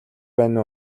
байна